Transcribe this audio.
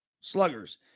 sluggers